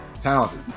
Talented